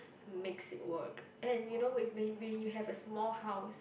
makes it work and you know with when when you have a small house